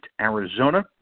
Arizona